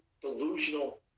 delusional